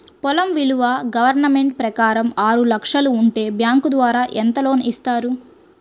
పొలం విలువ గవర్నమెంట్ ప్రకారం ఆరు లక్షలు ఉంటే బ్యాంకు ద్వారా ఎంత లోన్ ఇస్తారు?